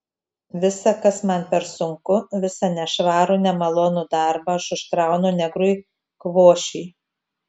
visa kas man per sunku visą nešvarų nemalonų darbą aš užkraunu negrui kvošiui